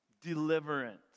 Deliverance